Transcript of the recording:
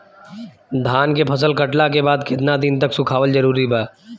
धान के फसल कटला के बाद केतना दिन तक सुखावल जरूरी बा?